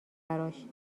براش